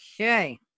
Okay